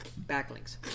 Backlinks